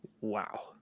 Wow